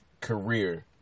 career